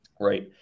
right